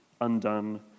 undone